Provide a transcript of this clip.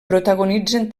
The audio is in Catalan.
protagonitzen